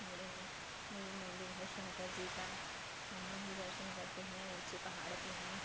मिलेगा में भी मंदिर है शंकर जी का वहाँ भी दर्शन करते हैं ऊँचे पहाड़ पर हैं